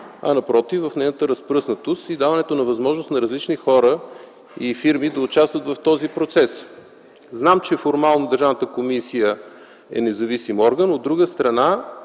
а напротив - в нейната разпръснатост и даването на възможност на различни хора и фирми да участват в този процес. Знам, че формално Държавната комисия е независим орган, но от друга страна,